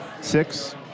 six